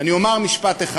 אני אומר משפט אחד.